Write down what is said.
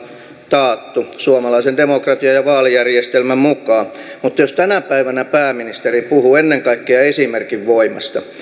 taattu suomalaisen demokratian ja vaalijärjestelmän mukaan mutta jos tänä päivänä pääministeri puhuu ennen kaikkea esimerkin voimasta